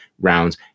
rounds